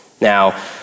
Now